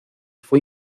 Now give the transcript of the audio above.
fue